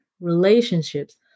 relationships